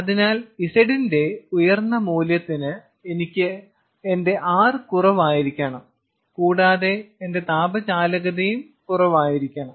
അതിനാൽ Z ന്റെ ഉയർന്ന മൂല്യത്തിന് എന്റെ R കുറവായിരിക്കണം കൂടാതെ എന്റെ താപ ചാലകതയും കുറവായിരിക്കണം